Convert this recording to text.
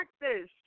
practice